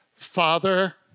Father